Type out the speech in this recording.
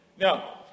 Now